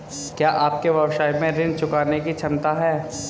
क्या आपके व्यवसाय में ऋण चुकाने की क्षमता है?